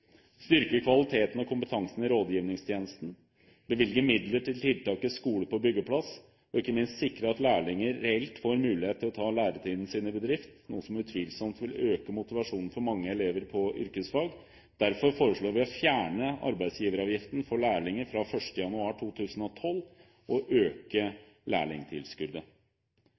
styrke kvaliteten og kompetansen i rådgivningstjenesten, bevilge midler til tiltaket «Skole på byggeplass» og ikke minst sikre at lærlinger reelt får mulighet til å ta læretiden sin i bedrift, noe som utvilsomt vil øke motivasjonen for mange elever på yrkesfag. Derfor foreslår vi å fjerne arbeidsgiveravgiften for lærlinger fra 1. januar 2012 og øke lærlingtilskuddet.